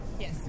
Yes